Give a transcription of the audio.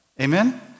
Amen